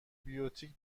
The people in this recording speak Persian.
بیوتیک